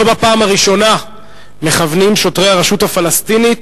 לא בפעם הראשונה מכוונים שוטרי הרשות הפלסטינית